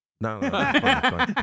No